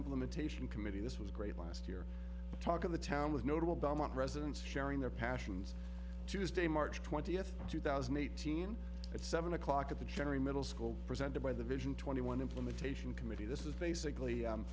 implementation committee this was great last year talk of the town with notable belmont residents sharing their passions tuesday march twentieth two thousand and eighteen at seven o'clock at the jerry middle school presented by the vision twenty one implementation committee this is basically